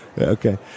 Okay